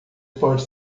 pode